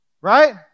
Right